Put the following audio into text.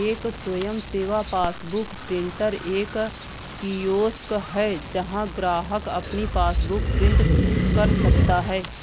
एक स्वयं सेवा पासबुक प्रिंटर एक कियोस्क है जहां ग्राहक अपनी पासबुक प्रिंट कर सकता है